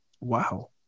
Wow